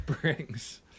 brings